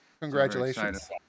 Congratulations